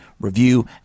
review